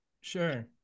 sure